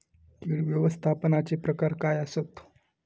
कीड व्यवस्थापनाचे प्रकार काय आसत?